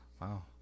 Wow